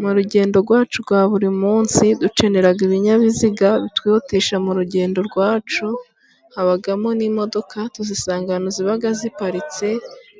Mu rugendo rwacu rwa buri munsi dukenera ibinyabiziga bitwihutisha mu rugendo rwacu, habamo n'imodoka, tuzisanga ziba ziparitse,